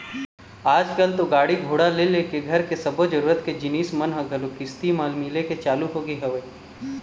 आजकल तो गाड़ी घोड़ा ले लेके घर के सब्बो जरुरत के जिनिस मन ह घलोक किस्ती म मिले के चालू होगे हवय